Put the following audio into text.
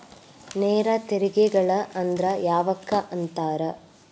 ನೇರ ತೆರಿಗೆಗಳ ಅಂದ್ರ ಯಾವಕ್ಕ ಅಂತಾರ